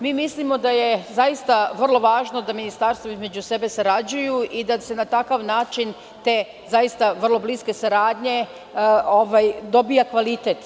Mi mislimo da je zaista vrlo važno da ministarstva između sebe sarađuju i da se na takav način, zaista vrlo bliske saradnje, dobija kvalitet.